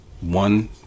one